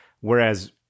Whereas